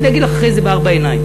אני אגיד לך אחרי זה בארבע עיניים.